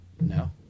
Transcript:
No